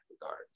regard